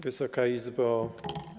Wysoka Izbo!